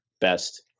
best